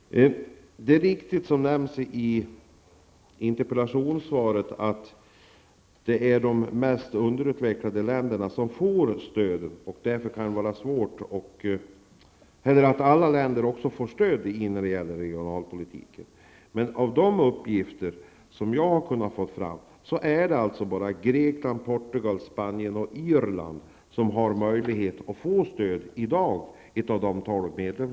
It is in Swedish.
Det sägs i interpellationssvaret att alla länder får stöd för sin regionalpolitik, men av de uppgifter jag har kunnat få fram är det av de tolv medlemsländerna bara Grekland, Portugal, Spanien och Irland som i dag har möjlighet att få stöd.